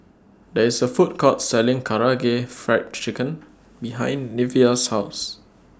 There IS A Food Court Selling Karaage Fried Chicken behind Neveah's House